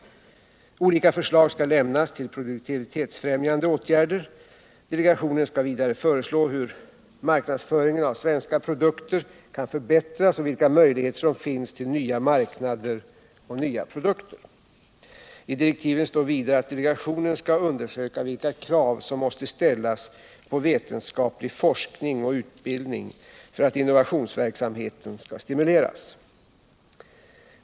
Olika förslag skall lämnas till produktivitetsfrämjande åtgärder. Delegationen skall vidare föreslå hur marknadsföringen av svenska produkter kan förbättras och ange möjligheter till nya marknader och produkter. I direktiven står det vidare att delegationen skall undersöka vilka krav som måste ställas på vetenskaplig forskning och utbildning för att innovationsverksamheten skall stimuleras.